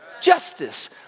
justice